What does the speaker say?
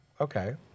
Okay